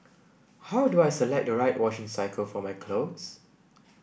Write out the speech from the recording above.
how do I select the right washing cycle for my clothes